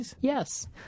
Yes